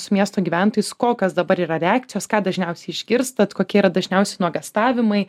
su miesto gyventojais kokios dabar yra reakcijos ką dažniausiai išgirstat kokie yra dažniausi nuogąstavimai